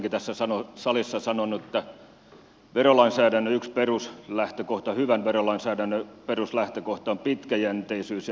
olen aikaisemminkin tässä salissa sanonut että hyvän verolainsäädännön peruslähtökohtia ovat pitkäjänteisyys ja ennustettavuus